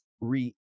re